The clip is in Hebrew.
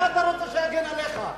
מי אתה רוצה שיגן עליך?